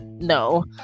No